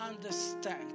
understand